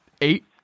eight